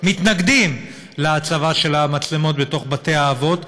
מתנגדים להצבה של המצלמות בתוך בתי-האבות,